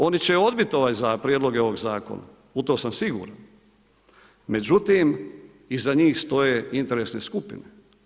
Oni će odbiti prijedloge ovog zakona, u to sam siguran, međutim iza njih stoje interesne skupine.